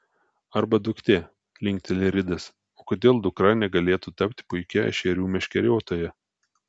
arba duktė linkteli ridas o kodėl dukra negalėtų tapti puikia ešerių meškeriotoja